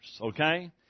okay